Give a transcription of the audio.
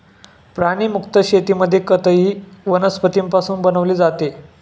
प्राणीमुक्त शेतीमध्ये खतही वनस्पतींपासून बनवले जाते